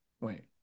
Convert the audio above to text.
Wait